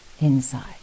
inside